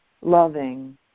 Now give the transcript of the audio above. loving